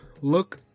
look